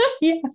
yes